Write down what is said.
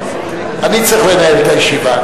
אני צריך לנהל את הישיבה.